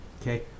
okay